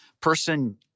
person